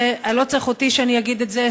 ולא צריך אותי שאני אגיד את זה,